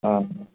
ആ